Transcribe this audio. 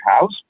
house